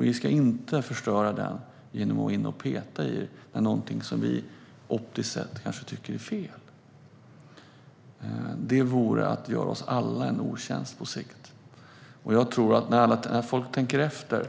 Vi ska inte förstöra den genom att gå in och peta i något som vi optiskt sett kanske tycker är fel. Det vore att göra oss alla en otjänst på sikt. Jag tror att när folk tänker efter